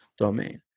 domain